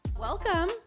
Welcome